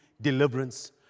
deliverance